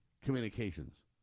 communications